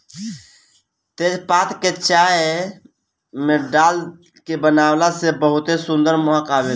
तेजपात के चाय में डाल के बनावे से बहुते सुंदर महक आवेला